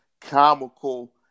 comical